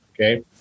okay